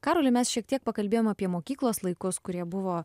karoli mes šiek tiek pakalbėjom apie mokyklos laikus kurie buvo